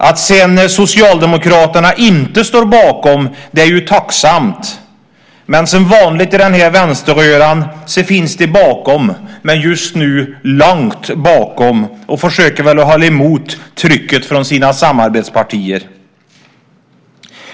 Att sedan Socialdemokraterna inte står bakom är ju tacksamt, men som vanligt i den här vänsterröran finns de bakom, men just nu långt bakom. De försöker väl hålla emot trycket från sina samarbetspartier.